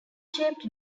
shaped